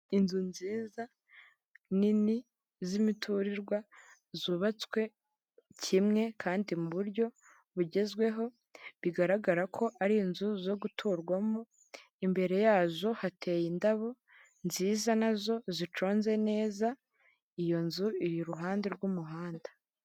Inzu nziza nini z'imiturirwa zubatswe kimwe kandi mu buryo bugezweho, bigaragara ko ari inzu zo guturwamo imbere yazo hateye indabo, nziza nazo ziconze neza, iyo nzu iri iruhande rw'umuhanda.